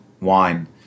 wine